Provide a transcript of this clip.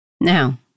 Now